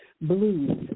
blues